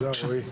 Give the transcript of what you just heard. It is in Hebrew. בקצרה.